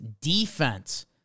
defense